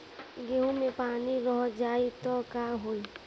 गेंहू मे पानी रह जाई त का होई?